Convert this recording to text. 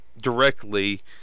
directly